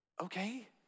okay